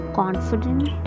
confident